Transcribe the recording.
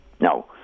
No